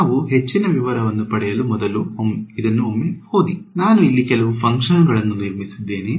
ನಾವು ಹೆಚ್ಚಿನ ವಿವರಗಳನ್ನು ಪಡೆಯುವ ಮೊದಲು ಇದನ್ನು ಓಮ್ಮೆ ನೋಡಿ ನಾನು ಇಲ್ಲಿ ಕೆಲವು ಫಂಕ್ಷನ್ಗಳನ್ನು ನಿರ್ಮಿಸಿದ್ದೇನೆ